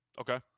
Okay